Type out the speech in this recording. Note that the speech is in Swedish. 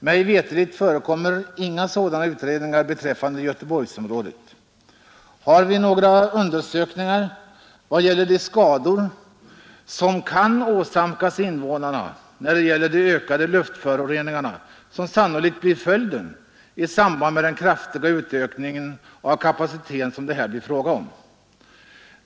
Mig veterligt föreligger inga sådana utredningar beträffande Göteborgsområdet. Har vi några undersökningar vad gäller skador som kan åsamkas invånarna av de ökade luftföroreningar som sannolikt blir följden i samband med den kraftiga utökningen av kapaciteten som det här blir fråga om?